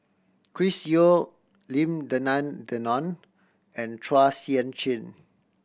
Chris Yeo Lim Denan Denon and Chua Sian Chin